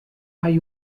hay